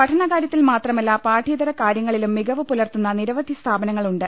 പഠന കാര്യത്തിൽ മാത്രമല്ല പാഠ്യേ തര കാര്യങ്ങളിലും മികവ് പുലർത്തുന്ന നിരവധി സ്ഥാപനങ്ങൾ ഉണ്ട്